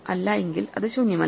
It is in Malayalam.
അല്ല എങ്കിൽ അത് ശൂന്യമല്ല